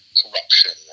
corruption